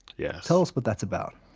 yeah tell us what that's about